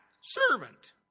servant